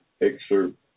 Excerpt